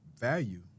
value